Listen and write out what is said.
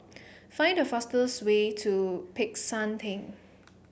find the fastest way to Peck San Theng